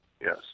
yes